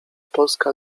polska